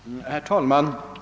Herr talman!